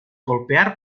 golpear